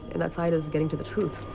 and that side is getting to the truth.